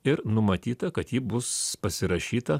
ir numatyta kad ji bus pasirašyta